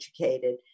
educated